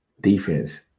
Defense